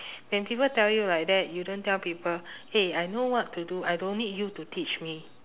when people tell you like that you don't tell people eh I know what to do I don't need you to teach me